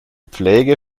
pflege